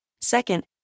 Second